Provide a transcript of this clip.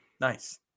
Nice